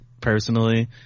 personally